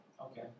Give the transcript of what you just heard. Okay